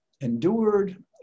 endured